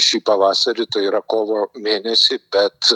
šį pavasarį tai yra kovo mėnesį bet